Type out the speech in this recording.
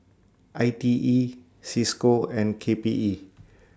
I T E CISCO and K P E